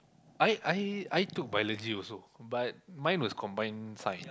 I I I took biology also but mine was combine science